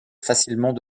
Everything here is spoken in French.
facilement